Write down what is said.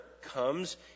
comes